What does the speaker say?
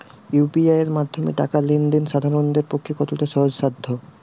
UPI এর মাধ্যমে টাকা লেন দেন সাধারনদের পক্ষে কতটা সহজসাধ্য?